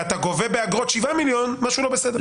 ואתה גובה באגרות 7,000,000 משהו לא בסדר.